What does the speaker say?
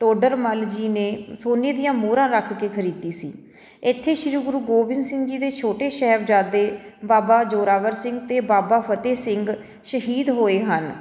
ਟੋਡਰ ਮੱਲ ਜੀ ਨੇ ਸੋਨੇ ਦੀਆਂ ਮੋਹਰਾਂ ਰੱਖ ਕੇ ਖਰੀਦੀ ਸੀ ਇੱਥੇ ਸ਼੍ਰੀ ਗੁਰੂ ਗੋਬਿੰਦ ਸਿੰਘ ਜੀ ਦੇ ਛੋਟੇ ਸਾਹਿਬਜ਼ਾਦੇ ਬਾਬਾ ਜੋਰਾਵਰ ਸਿੰਘ ਅਤੇ ਬਾਬਾ ਫਤਿਹ ਸਿੰਘ ਸ਼ਹੀਦ ਹੋਏ ਹਨ